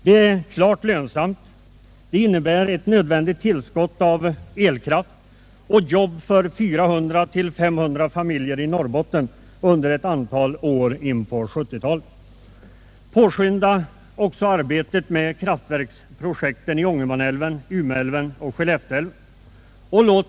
Det är klart lönsamt, det innebär ett nödvändigt tillskott av elkraft och jobb för 400-500 familjer i Norrbotten under ett antal år in på 1970-talet. Påskynda även arbetet med kraftverksprojekten i Ångermanälven, Umeälven och Skellefteälven!